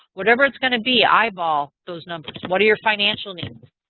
whatever it's going to be, eyeball those numbers. what are your financial needs?